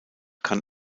kann